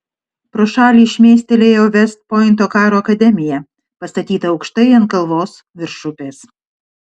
pro šalį šmėstelėjo vest pointo karo akademija pastatyta aukštai ant kalvos virš upės